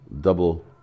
double